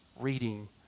reading